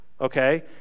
Okay